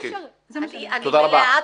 תודה רבה.